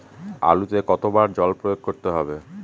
আলুতে কতো বার জল প্রয়োগ করতে হবে?